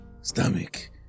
stomach